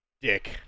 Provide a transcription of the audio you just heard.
dick